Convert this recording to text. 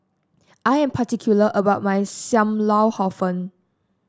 I am particular about my Sam Lau Hor Fun